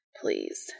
please